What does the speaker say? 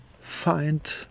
find